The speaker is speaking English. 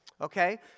Okay